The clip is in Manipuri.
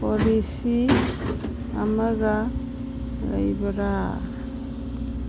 ꯄꯣꯂꯤꯁꯤ ꯑꯃꯒ ꯂꯩꯕꯔꯥ